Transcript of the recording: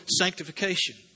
sanctification